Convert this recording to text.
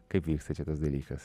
kaip vyksta čia tas dalykas